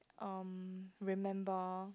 um remember